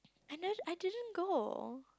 I nev~ I didn't go